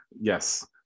yes